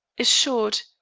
a short,